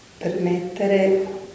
permettere